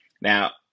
Now